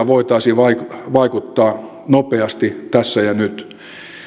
voitaisiin vaikuttaa nopeasti tässä ja nyt